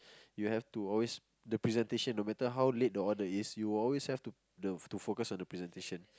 you have to always the presentation no matter how late the order is you always have to the to focus on the presentation